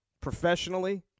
professionally